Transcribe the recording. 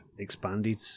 expanded